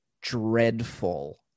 dreadful